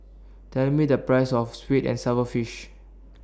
Tell Me The Price of Sweet and Sour Fish